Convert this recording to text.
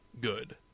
good